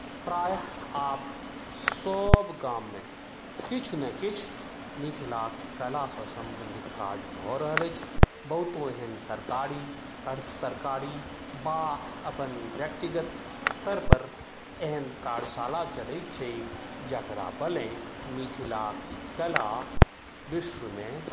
प्रायः आब सभगाममे किछु ने किछु मिथिलाक कलासँ सम्बन्धित काज भऽ रहल अछि बहुतो एहन सरकारी अर्द्धसरकारी वा अपन व्यक्तिगत स्तर पर एहन कार्यशाला चलैत छै जकरा बले मिथिलाक ई कला विश्वमे